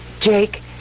Jake